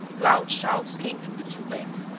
loud shouts came from the two banks,